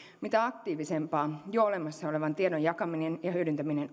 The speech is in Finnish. mitä aktiivisempaa jo olemassa olevan tiedon jakaminen ja hyödyntäminen